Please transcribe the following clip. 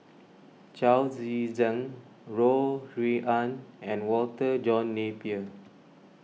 Chao Tzee Cheng Ho Rui An and Walter John Napier